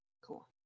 cool